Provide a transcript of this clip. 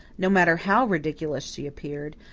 no matter how ridiculous she appeared,